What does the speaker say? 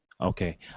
Okay